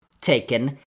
taken